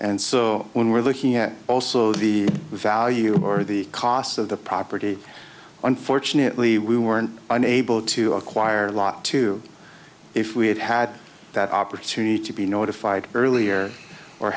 and so when we're looking at also the value or the costs of the property unfortunately we weren't unable to acquire a lot too if we had had that opportunity to be notified earlier or